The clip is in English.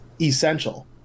essential